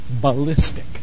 ballistic